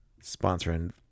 sponsoring